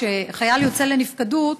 כשחייל יוצא לנפקדות,